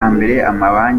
yakoreraga